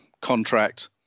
contract